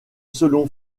selon